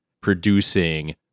producing